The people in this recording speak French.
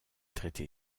traité